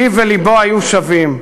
פיו ולבו היו שווים.